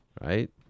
right